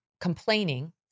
complaining